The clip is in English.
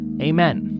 amen